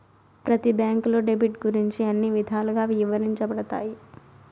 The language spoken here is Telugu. ప్రతి బ్యాంకులో డెబిట్ గురించి అన్ని విధాలుగా ఇవరించబడతాయి